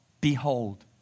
Behold